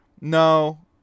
No